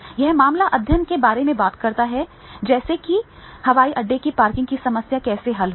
यह मामला अध्ययन के बारे में बात करता है जैसे कि हवाई अड्डे पर पार्किंग की समस्या कैसे हल हुई